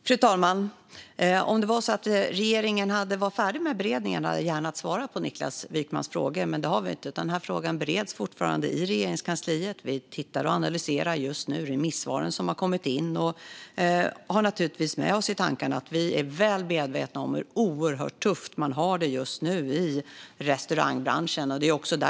Fru talman! Om det vore så att regeringen var färdig med beredningen hade jag gärna svarat på Niklas Wykmans frågor. Men det är vi inte, utan frågan bereds fortfarande i Regeringskansliet. Vi tittar på och analyserar just nu remissvaren som har kommit in, och vi är naturligtvis väl medvetna om hur oerhört tufft man har det just nu i restaurangbranschen. Det har vi med oss i tankarna.